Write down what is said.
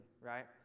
right